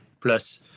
plus